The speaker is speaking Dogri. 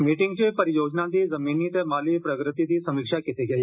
मीटिंग च परियोजना दी जमीनी ते माली प्रगति दी समीक्षा कीत्ती गेई